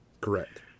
Correct